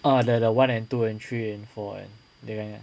ah the the one and two and three and four and that kind ah